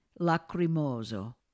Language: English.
lacrimoso